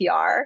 PR